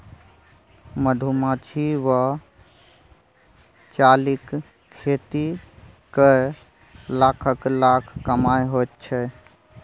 मधुमाछी वा चालीक खेती कए लाखक लाख कमाई होइत छै